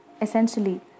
essentially